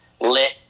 lit